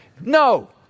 no